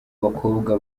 bakobwa